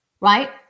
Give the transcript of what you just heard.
right